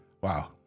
Wow